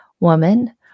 Woman